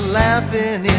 laughing